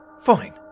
Fine